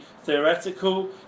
theoretical